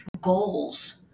goals